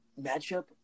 matchup